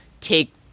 take